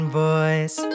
voice